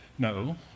No